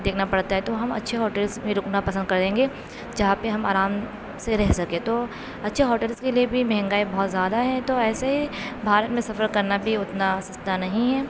دیکھنا پڑتا ہے تو ہم اچھے ہوٹلس میں رُکنا پسند کریں گے جہاں پہ ہم آرام سے رہ سکے تو اچھے ہوٹلس کے لیے بھی مہنگائی بہت زیادہ ہے تو ایسے ہی بھارت میں سفر کرنا بھی اتنا سَستا نہیں ہے